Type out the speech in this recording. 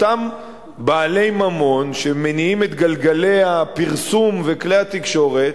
אותם בעלי ממון שמניעים את גלגלי הפרסום וכלי התקשורת